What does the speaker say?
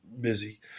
busy